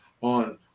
on